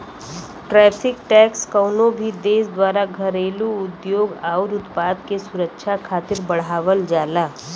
tariff tax कउनो भी देश द्वारा घरेलू उद्योग आउर उत्पाद के सुरक्षा खातिर बढ़ावल जाला